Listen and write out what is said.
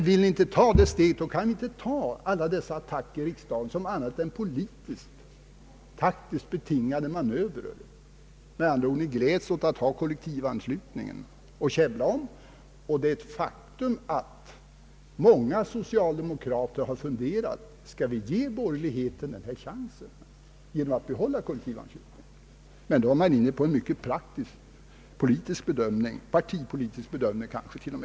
Vill ni inte ta det steget, kan vi inte uppfatta alla dessa attacker i riksdagen som annat än politiskt-taktiskt betingade manövrer. Ni gläds med andra ord över att ha kollektivanslutningen att käbbla om. Det är ett faktum att många socialdemokrater har funderat över om vi skall ge borgerligheten denna chans genom att behålla koliektivanslutningen. Men då är man inne på en mycket praktisk partipolitisk bedömning.